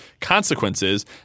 consequences